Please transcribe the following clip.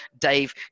Dave